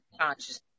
consciousness